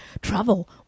travel